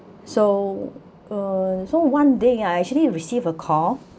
so uh so one day ah I actually receive a call